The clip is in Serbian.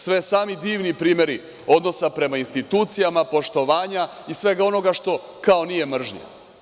Sve sami divni primeri odnosa prema institucijama, poštovanja i svega onoga što kao nije mržnja.